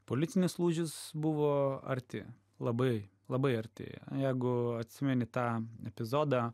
politinis lūžis buvo arti labai labai arti jeigu atsimeni tą epizodą